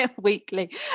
weekly